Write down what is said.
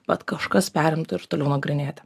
bet kažkas perimtų ir toliau nagrinėti